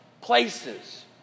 places